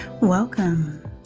Welcome